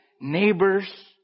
neighbors